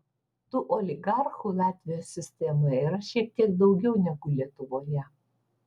tų oligarchų latvijos sistemoje yra šiek tiek daugiau negu lietuvoje